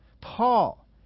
Paul